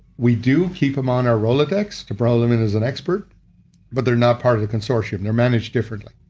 we do keep them on our rolodex to but them in as an expert but they're not part of the consortium. they're managed differently.